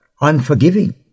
unforgiving